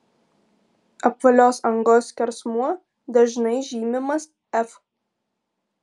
apvalios angos skersmuo dažnai žymimas f